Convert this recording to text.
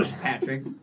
Patrick